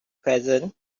present